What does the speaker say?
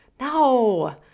No